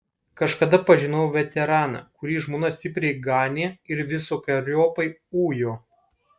kažkada pažinojau veteraną kurį žmona stipriai ganė ir visokeriopai ujo